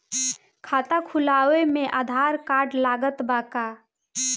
खाता खुलावे म आधार कार्ड लागत बा का?